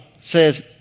says